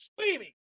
screaming